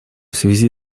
связи